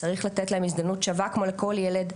צריך לתת להם הזדמנות שווה כמו לכל ילד,